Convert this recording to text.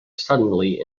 suddenly